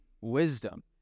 wisdom